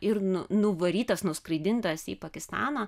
ir nu nuvarytas nuskraidintas į pakistaną